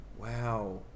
Wow